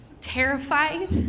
terrified